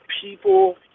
people